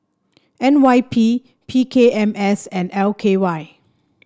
N Y P P K M S and L K Y